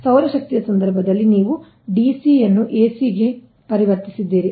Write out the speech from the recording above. ಸೌರಶಕ್ತಿಯ ಸಂದರ್ಭದಲ್ಲಿ ನೀವು ಡಿಸಿ ಅನ್ನು ಎಸಿಗೆ ಪರಿವರ್ತಿಸಿದ್ದೀರಿ